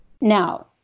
Now